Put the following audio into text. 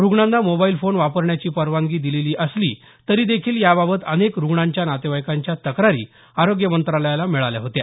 रुग्णांना mobile phone वापरण्याची परवानगी दिलेली असली तरी देखील याबाबत अनेक रुग्णांच्या नातेवाईकांच्या तक्रारी आरोग्य मंत्रालयाला मिळाल्या होत्या